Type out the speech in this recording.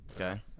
Okay